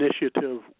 initiative